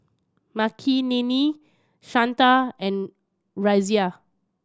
Makineni Santha and Razia